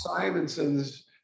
Simonson's